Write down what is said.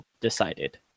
decided